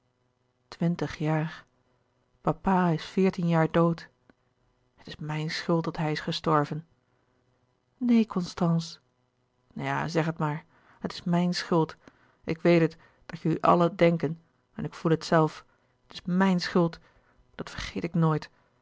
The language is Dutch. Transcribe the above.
twintig jaar papa is veertien jaar dood het is mijn schuld dat hij is gestorven neen constance ja zeg het maar het is mijn schuld ik weet het dat jullie allen het denken en ik voel het zelf het is mijn schuld dat vergeet ik nooit